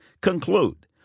conclude